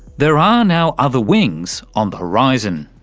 there are now other wings on the horizon.